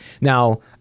Now